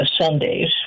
Sundays